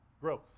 Growth